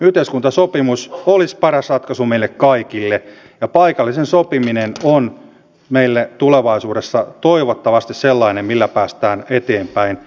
yhteiskuntasopimus olisi paras ratkaisu meille kaikille ja paikallinen sopiminen on meille tulevaisuudessa toivottavasti sellainen millä päästään eteenpäin